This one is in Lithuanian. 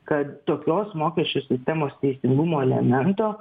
kad tokios mokesčių sistemos teisingumo elemento